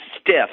stiff